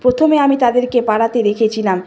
প্রথমে আমি তাদেরকে পাড়াতে রেখেছিলাম